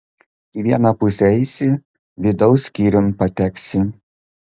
į vieną pusę eisi vidaus skyriun pateksi